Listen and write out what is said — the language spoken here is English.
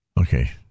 okay